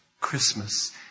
Christmas